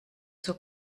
zur